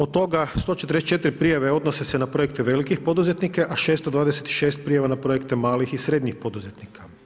Od toga 144 prijave odnose se na projekte velikih poduzetnika, a 626 na projekte malih i srednjih poduzetnika.